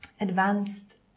advanced